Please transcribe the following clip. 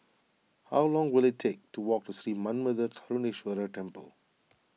how long will it take to walk to Sri Manmatha Karuneshvarar Temple